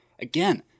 again